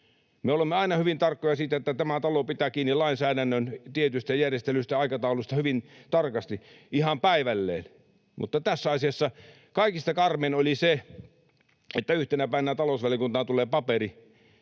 Me olemme aina hyvin tarkkoja siitä, että tämä talo pitää kiinni lainsäädännön tietyistä järjestelyistä ja aikatauluista hyvin tarkasti, ihan päivälleen. Mutta tässä asiassa kaikista karmeinta oli se, että yhtenä päivänä talousvaliokuntaan tuli paperi,